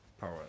Power